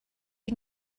you